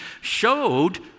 showed